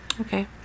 Okay